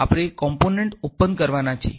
આપણે કોમ્પોનન્ટ ખોલવાનું છે